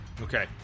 Okay